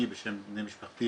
אני מניחה שגם הפיקוח שלנו סייע,